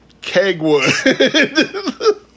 Kegwood